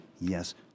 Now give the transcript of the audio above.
yes